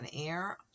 air